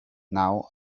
now